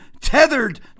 tethered